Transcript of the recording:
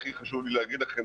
שהכי חשוב לי להגיד לכם,